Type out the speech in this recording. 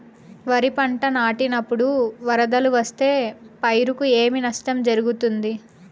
వరిపంట నాటినపుడు వరదలు వస్తే పైరుకు ఏమి నష్టం జరుగుతుంది?